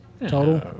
total